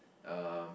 um